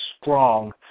strong